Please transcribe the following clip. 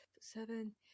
Seven